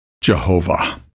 Jehovah